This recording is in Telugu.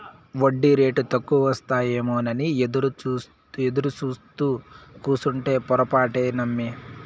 ఒడ్డీరేటు తక్కువకొస్తాయేమోనని ఎదురుసూత్తూ కూసుంటే పొరపాటే నమ్మి